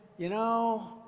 you know,